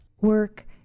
Work